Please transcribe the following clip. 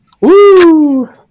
Woo